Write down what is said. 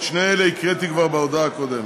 את שני אלה הקראתי כבר בהודעה הקודמת.